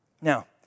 Now